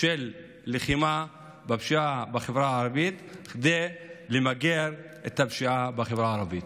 של לחימה בפשיעה בחברה הערבית כדי למגר את הפשיעה בחברה הערבית.